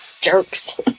jerks